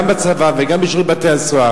גם בצבא וגם בשירות בתי-הסוהר.